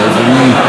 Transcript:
אדוני,